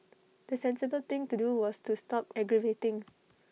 the sensible thing to do was to stop aggravating